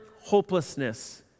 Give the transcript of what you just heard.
hopelessness